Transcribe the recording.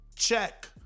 check